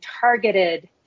targeted